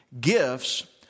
Gifts